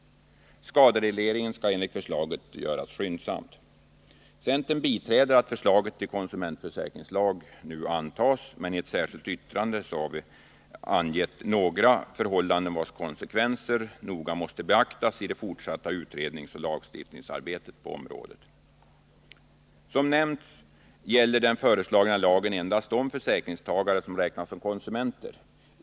Skaderegleringen skall enligt förslaget göras skyndsamt. Centern biträder att förslaget till konsumentförsäkringslag nu antas, men i ett särskilt yttrande har vi angett några förhållanden vilkas konsekvenser noga måste beaktas i det fortsatta utredningsoch lagstiftningsarbetet på området. Som nämnts gäller den föreslagna lagen endast de försäkringstagare som räknas som konsumenter.